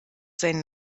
sein